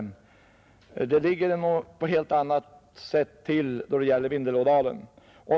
Frågan ligger till på annat sätt när det gäller Vindelådalen.